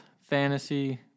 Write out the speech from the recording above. fantasy